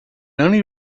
only